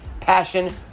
passion